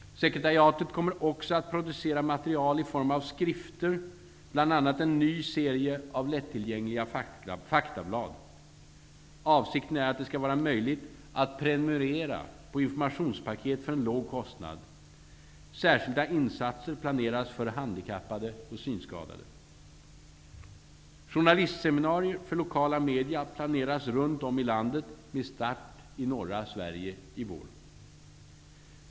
Sekretariatet kommer också att producera material i form av skrifter, bl.a. en ny serie av lättillgängliga faktablad. Avsikten är att det skall vara möjligt att prenumerera på informationspaket för en låg kostnad. Särskilda insatser planeras för handikappade och synskadade. Journalistseminarier för lokala media planeras runt om i landet, med start i norra Sverige i vår.